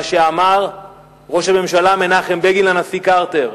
שאמר ראש הממשלה מנחם בגין לנשיא קרטר,